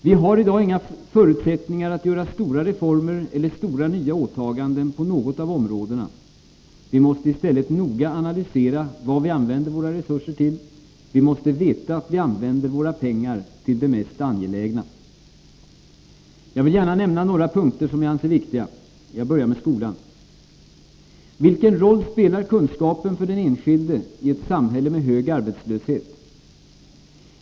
Vi har i dag inga förutsättningar att göra stora reformer eller stora nya åtaganden på något av områdena. Vi måste i stället noga analysera vad vi använder våra resurser till. Vi måste veta att vi använder våra pengar till det mest angelägna. Jag vill gärna nämna några punkter som jag anser viktiga. Jag börjar med skolan. Vilken roll spelar kunskapen för den enskilde i ett samhälle med hög arbetslöshet?